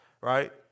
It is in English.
right